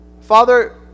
Father